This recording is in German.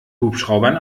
hubschraubern